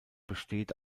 besteht